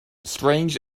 strange